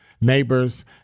neighbors